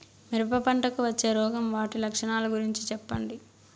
మిరప పంటకు వచ్చే రోగం వాటి లక్షణాలు గురించి చెప్పండి?